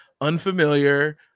unfamiliar